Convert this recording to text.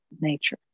nature